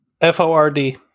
F-O-R-D